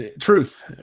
truth